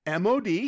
mod